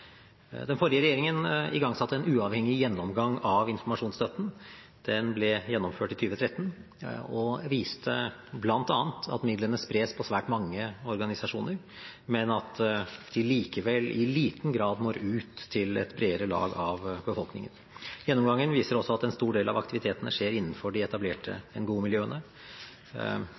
Den forrige regjeringen igangsatte en uavhengig gjennomgang av informasjonsstøtten. Den ble gjennomført i 2013 og viste bl.a. at midlene spres på svært mange organisasjoner, men at de likevel i liten grad når ut til et bredere lag av befolkningen. Gjennomgangen viser også at en stor del av aktivitetene skjer innenfor de etablerte